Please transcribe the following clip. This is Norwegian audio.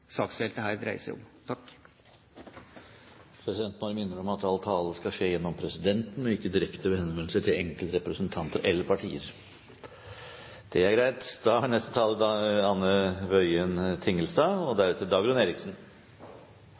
saksfeltet dreier seg om. Presidenten minner om at all tale skal skje gjennom presidenten, og ikke direkte ved henvendelse til enkeltrepresentanter eller partier. Stortinget har igjen til behandling en sak fra Fremskrittspartiet om å forby hijab i skolen. Etter det